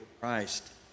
Christ